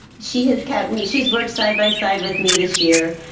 she has kept me, she's worked side by side with me this year,